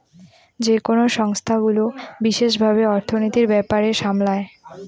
যেকোনো সংস্থাগুলো বিশেষ ভাবে অর্থনীতির ব্যাপার সামলায়